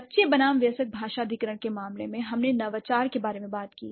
बच्चे बनाम वयस्क भाषा अधिग्रहण के मामले में हमने नवाचार के बारे में बात की